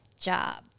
job